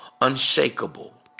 unshakable